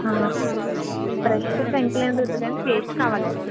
brush tongue cleaner వద్దు కానీ paste కావాలండీ